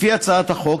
לפי הצעת החוק,